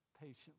patiently